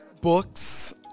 books